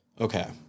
Okay